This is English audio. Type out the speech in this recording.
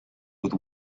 with